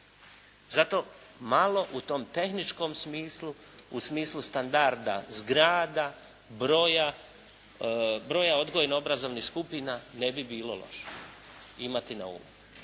Zato malo u tom tehničkom smislu, u smislu standarda zgrada, broja odgojno-obrazovnih skupina ne bi bilo loše imati na umu.